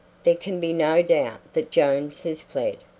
there can be no doubt that jones has fled,